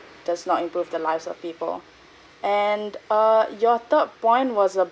does not improve the lives of people and err your third point was